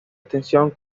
extensión